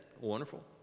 wonderful